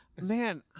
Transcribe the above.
man